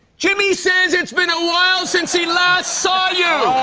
jimmy says it's been a while since he last saw you! oh,